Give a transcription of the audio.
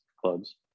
clubs